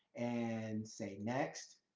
and say next.